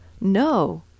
No